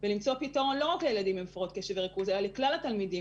ולמצוא פתרון לא רק לילדים עם הפרעות קשב וריכוז אלא לכלל הילדים